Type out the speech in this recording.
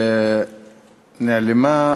נעלמה,